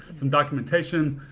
some documentation.